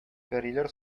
пәриләр